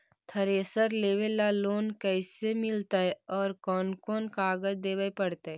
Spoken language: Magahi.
थरेसर लेबे ल लोन कैसे मिलतइ और कोन कोन कागज देबे पड़तै?